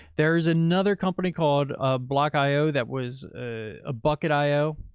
there is another company called a block io. that was a bucket io.